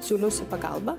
siūliausi pagalbą